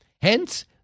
Hence